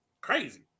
Crazy